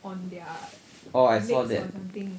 orh I saw that